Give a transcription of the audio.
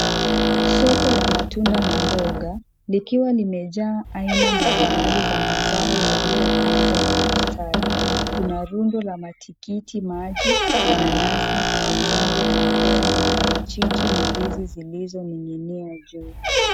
Soko la matunda na mboga. Likiwa limejaa aina mbalimbali za mazao yaliyopangwa kwa mstari. Kuna rundo la matikitimaji, mananasi, machungwa, mapera, maparachichi na ndizi zilizo ning'inia juu.